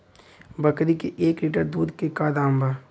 बकरी के एक लीटर दूध के का दाम बा?